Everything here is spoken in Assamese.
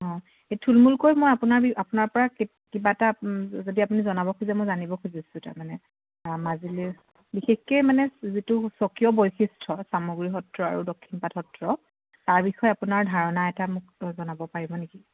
অঁ এই থুলমূলকৈ মই আপোনাৰ আপোনাৰ পৰা কিবা এটা যদি আপুনি জনাব খোজে মই জানিব খুজিছোঁ তাৰমানে মাজুলীৰ বিশেষকে মানে যিটো স্বকীয় বৈশিষ্ট্য চামগুৰী সত্ৰ আৰু দক্ষিণপাট সত্ৰ তাৰ বিষয়ে আপোনাৰ ধাৰণা এটা মোক জনাব পাৰিব নেকি